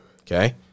Okay